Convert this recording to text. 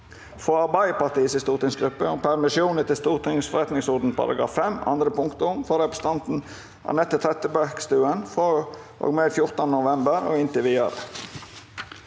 frå Arbeidarpartiets stortingsgruppe om permisjon etter Stortingets forretningsordens § 5 andre punktum for representanten Anette Trettebergstuen frå og med 14. november og inntil vidare